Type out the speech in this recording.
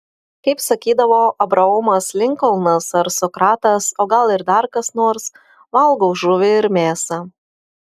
kaip sakydavo abraomas linkolnas ar sokratas o gal ir dar kas nors valgau žuvį ir mėsą